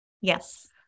Yes